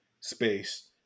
Space